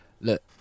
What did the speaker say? Look